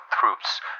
troops